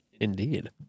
Indeed